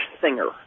singer